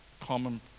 common